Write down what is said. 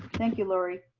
thank you, laurie.